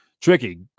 Tricky